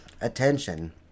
attention